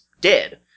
dead